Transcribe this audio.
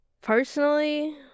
Personally